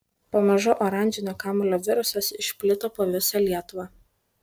pamažu oranžinio kamuolio virusas išplito po visą lietuvą